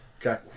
Okay